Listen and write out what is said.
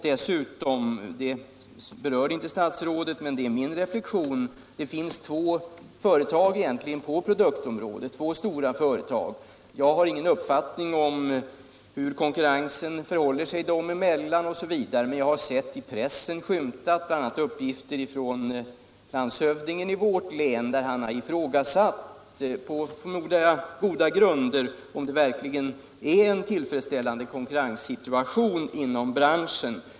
Dessutom — det berörde inte statsrådet, men det är min reflexion — finns det två stora företag på produktområdet. Jag har ingen uppfattning om hur det förhåller sig med konkurrensen dem emellan. Men jag har i pressen sett bl.a. uppgifter om att landshövdingen i vårt län har ifrågasatt — på goda grunder, förmodar jag — om det verkligen är en tillfredsställande konkurrenssituation inom branschen.